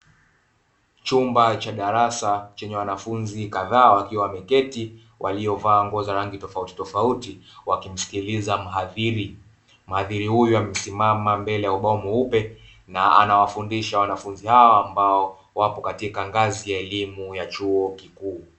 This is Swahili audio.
Chumba cha darasa chenye wanafunzi kadhaa wakiwa wameketi waliovaa nguo za rangi tofautitofauti wakimsikiliza mhadhia, mhadhiri huyo amesimama mbele ya ubao mweupe na anawafundisha wanafunzi hao ambao wapo katika ngazi ya chuo kikuu.